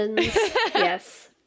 yes